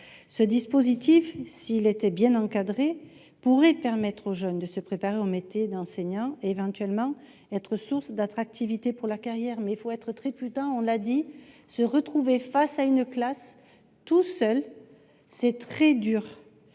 Le dispositif, s'il était bien encadré, permettrait aux jeunes de se préparer au métier d'enseignant et, éventuellement, être source d'attractivité pour la carrière. Mais il faut être très prudent : comme on l'a dit, se retrouver tout seul face à une classe est très dur